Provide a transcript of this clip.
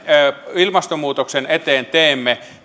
ilmastonmuutoksen eteen teemme